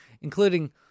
including